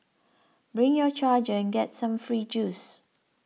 bring your charger and get some free juice